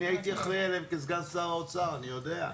אני הייתי אחראי עליהם כסגן שר האוצר אני יודע.